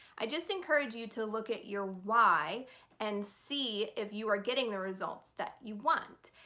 i just encourage you to look at your why and see if you are getting the results that you want.